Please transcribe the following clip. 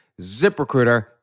ZipRecruiter